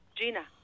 Gina